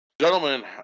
gentlemen